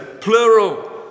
plural